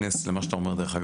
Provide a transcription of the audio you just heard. מתכנס למה שאתה אומר דרך אגב,